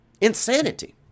insanity